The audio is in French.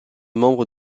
membre